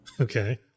okay